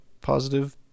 Positive